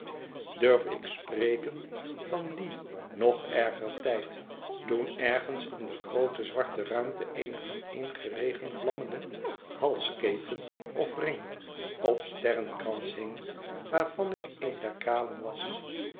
durf ik spreken van dien nog erger tijd toen ergens in de groote zwarte ruimte eene aaneengeregen vlammende halsketen of ring of steiïenkrans hing waarvan i k een der kralen was